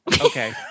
Okay